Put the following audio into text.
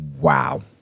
Wow